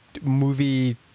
movie